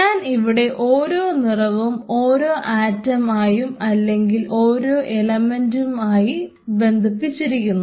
ഞാൻ ഇവിടെ ഓരോ നിറവും ഓരോ ആറ്റം ആയും അല്ലെങ്കിൽ ഓരോ എലമെന്റുമായും ബന്ധിപ്പിച്ചിരിക്കുന്നു